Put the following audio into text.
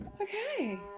okay